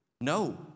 No